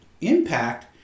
impact